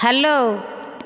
hello